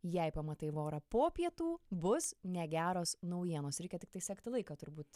jei pamatai vorą po pietų bus negeros naujienos reikia tiktai sekti laiką turbūt